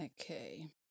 Okay